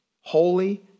holy